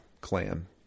clan